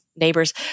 neighbors